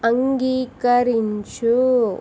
అంగీకరించు